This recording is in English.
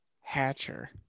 hatcher